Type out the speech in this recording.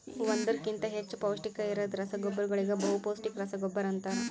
ಒಂದುರ್ ಕಿಂತಾ ಹೆಚ್ಚ ಪೌಷ್ಟಿಕ ಇರದ್ ರಸಗೊಬ್ಬರಗೋಳಿಗ ಬಹುಪೌಸ್ಟಿಕ ರಸಗೊಬ್ಬರ ಅಂತಾರ್